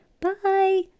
Bye